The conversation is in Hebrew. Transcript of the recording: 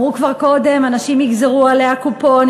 אמרו כבר קודם: אנשים יגזרו עליה קופונים.